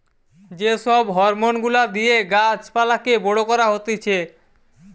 যে সব হরমোন গুলা দিয়ে গাছ পালাকে বড় করা হতিছে